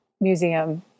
museum